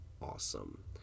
awesome